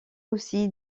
aussi